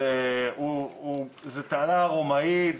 זו תעלה רומאית,